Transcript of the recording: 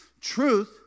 truth